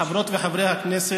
חברות וחברי הכנסת,